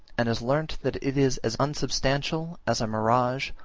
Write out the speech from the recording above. and has learnt that it is as unsubstantial as a mirage,